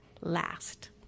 last